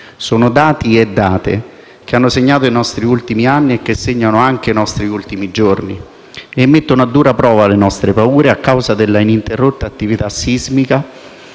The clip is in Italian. Sono dati e date che hanno segnato i nostri ultimi anni e che segnano anche i nostri ultimi giorni, e mettono a dura prova le nostre paure a causa della ininterrotta attività sismica